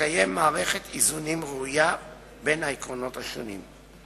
ותתקיים מערכת איזונים ראויה בין העקרונות השונים.